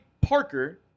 Parker